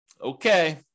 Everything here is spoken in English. Okay